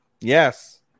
Yes